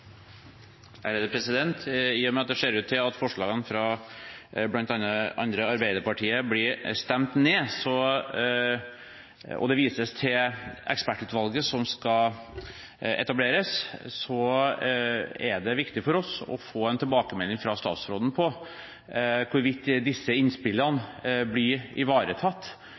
I og med at det ser ut til at forslagene fra bl.a. Arbeiderpartiet blir stemt ned, og det vises til ekspertutvalget som skal etableres, så er det viktig for oss å få en tilbakemelding fra statsråden på om hvorvidt disse innspillene blir ivaretatt